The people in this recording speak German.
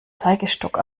zeigestock